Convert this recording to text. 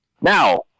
Now